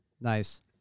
Nice